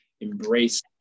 embrace